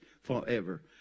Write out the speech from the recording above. forever